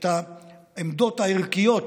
את העמדות הערכיות,